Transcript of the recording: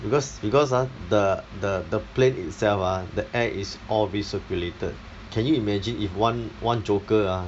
because because ah the the the plane itself ah the air is all recirculated can you imagine if one one joker ah